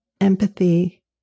empathy